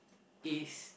is